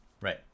Right